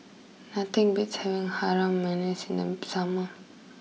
nothing beats having Harum Manis in them summer